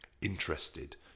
interested